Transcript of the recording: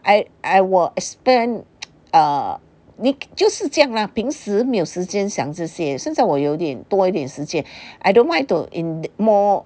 I I will spend err 你就是这样了平时没有时间想这些现在我有点多一点时间 I don't mind to in~ more